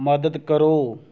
ਮਦਦ ਕਰੋ